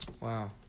Wow